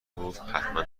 گفت، حتما